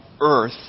earth